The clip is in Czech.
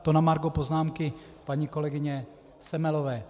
To na margo poznámky paní kolegyně Semelové.